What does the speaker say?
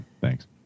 Thanks